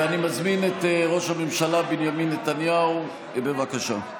אני מזמין את ראש הממשלה בנימין נתניהו, בבקשה.